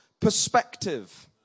perspective